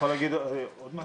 אני יכול להגיד עוד משהו?